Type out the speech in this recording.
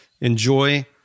enjoy